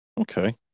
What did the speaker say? Okay